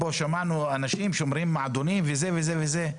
שמענו כאן אנשים שאומרים מועדונים וכולי וכולי.